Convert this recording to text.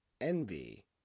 envy